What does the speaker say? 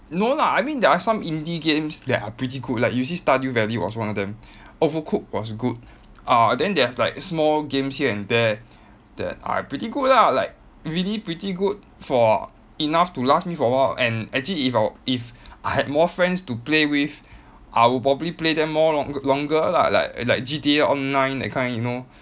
no lah I mean there are some indie games that are pretty good like you see stardew valley was one of them overcooked was good uh then they have like small games here and there that are pretty good lah like really pretty good for enough to last me for a while and actually if I if had more friends to play with I would probably play them more long longer lah like like G_T_A online that kind you know